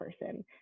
person